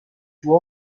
joua